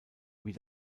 wie